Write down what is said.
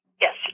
Yes